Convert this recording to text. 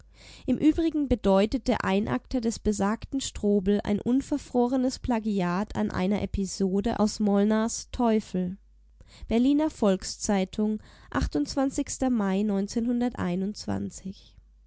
im übrigen bedeutet der einakter des besagten strobel ein unverfrorenes plagiat an einer episode aus molnrs teufel berliner volks-zeitung mai